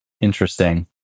Interesting